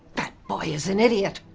that boy is an idiot!